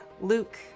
Luke